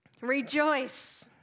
Rejoice